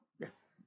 Yes